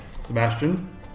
Sebastian